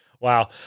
Wow